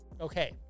Okay